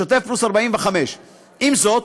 שוטף פלוס 45. עם זאת,